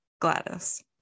Gladys